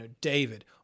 David